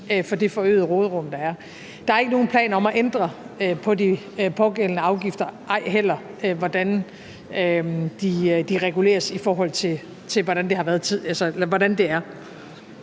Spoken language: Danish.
for det forøgede råderum, der er. Der er ikke nogen planer om at ændre på de pågældende afgifter, ej heller hvordan de reguleres, i forhold til hvordan det er. Kl. 14:39 Første